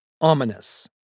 ominous